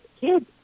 kids